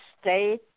state